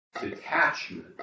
detachment